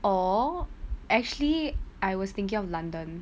or actually I was thinking of london